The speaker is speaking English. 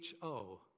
HO